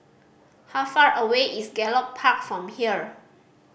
how far away is Gallop Park from here